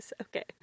Okay